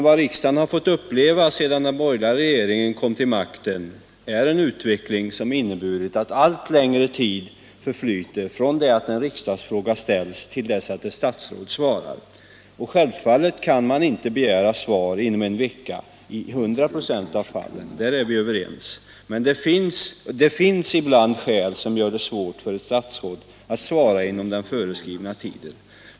Vad riksdagen har fått uppleva sedan den borgerliga regeringen kom till makten är emellertid en utveckling som inneburit att allt längre tid förflyter från det att en riksdagsfråga ställs till dess att ett statsråd svarar. Självfallet kan man inte begära svar inom en vecka i 100 926 av fallen, därom är vi överens. Det finns ibland skäl som gör det svårt för ett statsråd att svara inom den föreskrivna tiden.